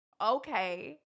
okay